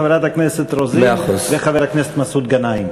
חברת הכנסת רוזין וחבר הכנסת מסעוד גנאים.